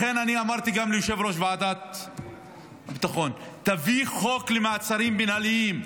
לכן אני אמרתי גם ליושב-ראש ועדת הביטחון: תביא חוק למעצרים מינהליים,